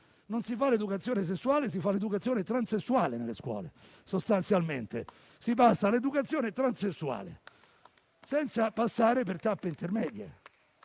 Non si fa l'educazione sessuale, ma si fa l'educazione transessuale nelle scuole. Si passa all'educazione transessuale, senza passare per tappe intermedie.